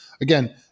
Again